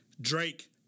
Drake